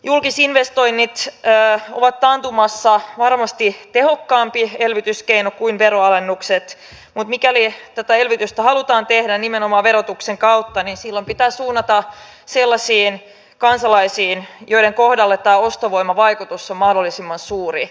julkisinvestoinnit ovat taantumassa varmasti tehokkaampi elvytyskeino kuin veronalennukset mutta mikäli tätä elvytystä halutaan tehdä nimenomaan verotuksen kautta niin silloin pitää suunnata sellaisiin kansalaisiin joiden kohdalla tämä ostovoimavaikutus on mahdollisimman suuri